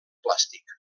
plàstic